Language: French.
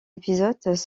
épisodes